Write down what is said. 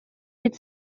від